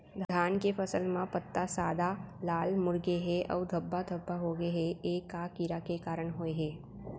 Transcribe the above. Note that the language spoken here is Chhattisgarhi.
धान के फसल म पत्ता सादा, लाल, मुड़ गे हे अऊ धब्बा धब्बा होगे हे, ए का कीड़ा के कारण होय हे?